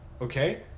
okay